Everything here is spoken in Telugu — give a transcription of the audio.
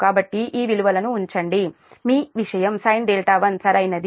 కాబట్టి ఈ విలువలను ఉంచండి మీ విషయం sin1సరైనది